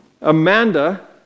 Amanda